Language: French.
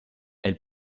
elle